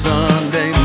Sunday